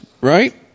right